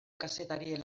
kazetarien